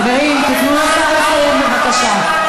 חברים, תנו לשר לסיים, בבקשה.